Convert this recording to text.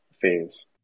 phase